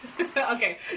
Okay